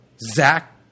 Zach